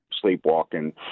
sleepwalking